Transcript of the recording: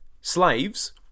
Slaves